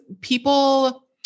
people